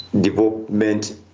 development